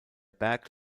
berg